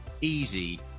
easy